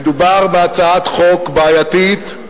מדובר בהצעת חוק בעייתית,